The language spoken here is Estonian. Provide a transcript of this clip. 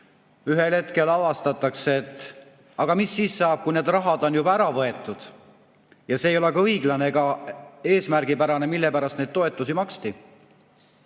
ühel hetkel avastatakse, et aga mis siis saab, kui see raha on juba ära võetud ja see ei ole ka õiglane ega eesmärgipärane, mille pärast neid toetusi maksti.